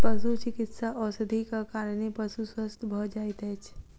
पशुचिकित्सा औषधिक कारणेँ पशु स्वस्थ भ जाइत अछि